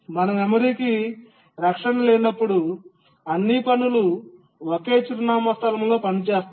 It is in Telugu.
మన మెమరీ కి రక్షణ లేనప్పుడు అన్ని పనులు ఒకే చిరునామా స్థలంలో పనిచేస్తాయి